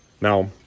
now